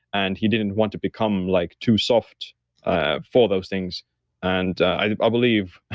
and he didn't want to become like too soft for those things and i believe,